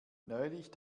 neulich